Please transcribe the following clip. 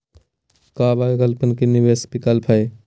का काई अल्पकालिक निवेस विकल्प हई?